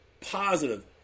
positive